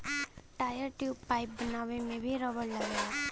tyre, tube, pipe बनावे में भी रबड़ लगला